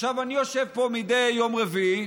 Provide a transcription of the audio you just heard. אני יושב פה מדי יום רביעי,